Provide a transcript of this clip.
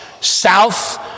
south